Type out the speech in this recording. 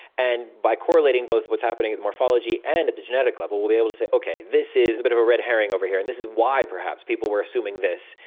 and by correlating both what's happening in morphology and at the genetic level, we'll be able to say, okay, this is a bit of a red herring over here and this is why perhaps people were assuming this.